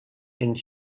ins